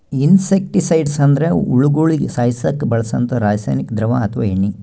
insecticides ಅಂದ್ರ ಹುಳಗೋಳಿಗ ಸಾಯಸಕ್ಕ್ ಬಳ್ಸಂಥಾ ರಾಸಾನಿಕ್ ದ್ರವ ಅಥವಾ ಎಣ್ಣಿ